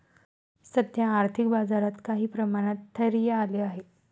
सध्या आर्थिक बाजारात काही प्रमाणात स्थैर्य आले आहे